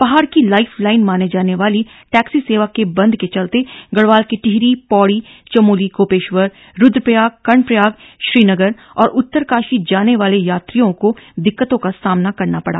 पहाड़ की life line मानी जाने वाली टैक्सी सेवा के बंद के चलते गढवाल के टिहरी पौड़ी चमोली गोपेश्वर रुद्रप्रयाग कर्णप्रयाग श्रीनगर और उत्तरकाशी जाने वाले यात्रियों को दिक्कतों का सामना करना पड़ा